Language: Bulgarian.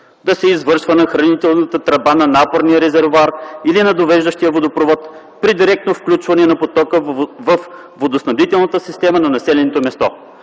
да се извършва на хранителната тръба на напорния резервоар или на довеждащия водопровод, при директно включване на потока във водоснабдителната система на населеното място”.